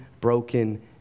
broken